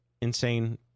insane